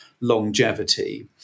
longevity